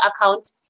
account